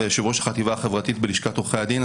ויושב-ראש החטיבה החברתית בלשכת עורכי הדין.